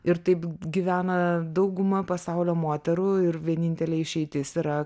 ir taip gyvena dauguma pasaulio moterų ir vienintelė išeitis yra